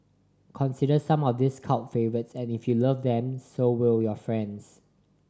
consider some of these cult favourites and if you love them so will your friends